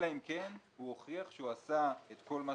אלא אם כן הוא הוכיח שהוא עשה את כל מה